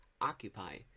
occupy